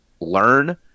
learn